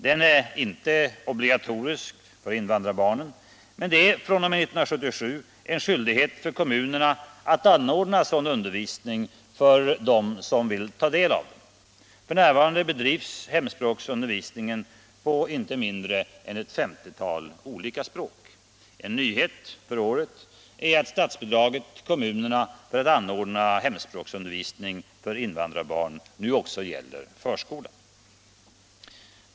Den är inte obligatorisk för invandrarbarnen, men det är fr.o.m. 1977 en skyldighet för kommunerna att anordna sådan undervisning för dem som vill ta del av den. F.n. bedrivs hemspråksundervisningen på inte mindre än ett femtiotal olika språk. En nyhet för året är att statsbidraget till kommunerna för att anordna hemspråksundervisning för invandrarbarn nu också gäller förskolan.